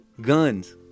Guns